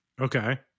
Okay